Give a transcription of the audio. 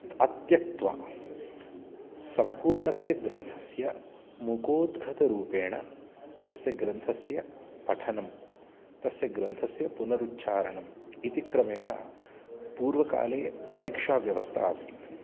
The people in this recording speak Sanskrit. अत्यक्त्वा सम्पूर्णस्य ग्रन्थस्य मुखोद्घतरूपेण तस्य ग्रन्थस्य पठनं तस्य ग्रन्थस्य पुनरुच्चारणम् इति क्रमेण पूर्वकाले परिक्षाव्यवस्था आसीत्